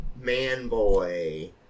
man-boy